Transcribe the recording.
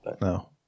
no